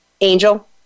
Angel